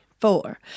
four